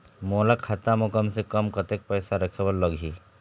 मोला खाता म कम से कम कतेक पैसा रखे बर लगही?